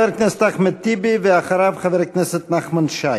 חבר הכנסת אחמד טיבי, ואחריו, חבר הכנסת נחמן שי.